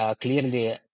Clearly